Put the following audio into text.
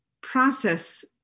process